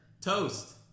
Toast